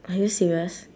are you serious